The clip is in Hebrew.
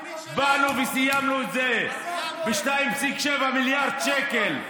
באנו וסיימנו את זה ב-2.7 מיליארד שקל.